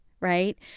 right